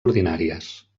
ordinàries